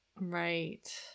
Right